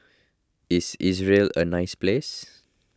is Israel a nice place